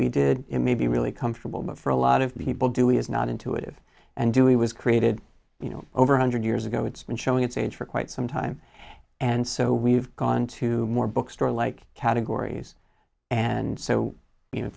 we did maybe really comfortable but for a lot of people do is not intuitive and do it was created you know over a hundred years ago it's been showing its age for quite some time and so we've gone to more bookstore like categories and so you know